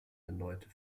erneute